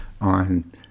on